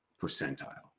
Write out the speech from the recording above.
percentile